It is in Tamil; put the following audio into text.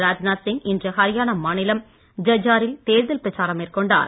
ராஜ்நாத் சிங் இன்று ஹரியானா மாநிலம் ஐஜ்ஜா ரில் தேர்தல் பிரச்சாரம் மேற்கொண்டார்